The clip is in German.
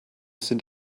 sind